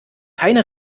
keine